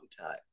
time